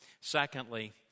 Secondly